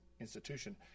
institution